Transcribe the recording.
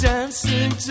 Dancing